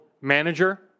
manager